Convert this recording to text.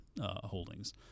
holdings